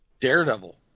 daredevil